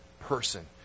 person